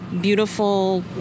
beautiful